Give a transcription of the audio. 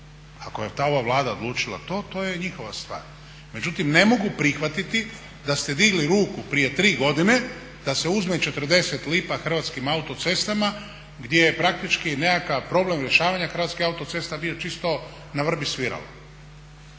Ako je ova Vlada odlučila to, to je njihova stvar. Međutim, ne mogu prihvatiti da ste digli ruku prije tri godine da se uzme 40 lipa Hrvatskim autocestama gdje je praktički nekakav problem rješavanja Hrvatskih autocesta bio čisto na vrbi sviralo.